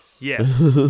Yes